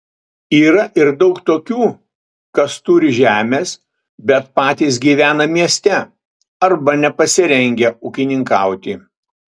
yra ir daug tokių kas turi žemės bet patys gyvena mieste arba nepasirengę ūkininkauti